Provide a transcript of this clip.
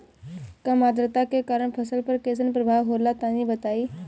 कम आद्रता के कारण फसल पर कैसन प्रभाव होला तनी बताई?